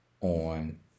on